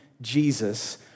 Jesus